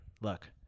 look